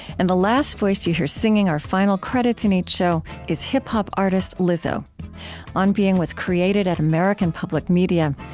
and the last voice you hear, singing our final credits in each show, is hip-hop artist lizzo on being was created at american public media.